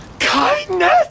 kindness